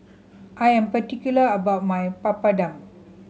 I am particular about my Papadum